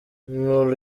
nous